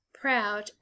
proud